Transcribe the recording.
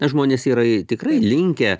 žmonės yra tikrai linkę